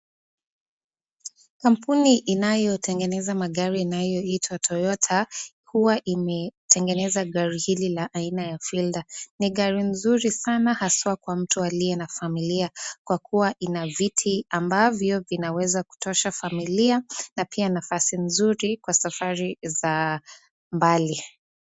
Kambuni inayotengeneza magari inayoitwa Toyota huwa imetengeneza gari hili la haina ya Filder ni gari nzuri sana aswaa kwa mtu aliye na familia kwa kuwa ina viti ambavyo vinaweza kutosha familia na pia nafasi nzuri kwa safari za mbali.